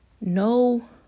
no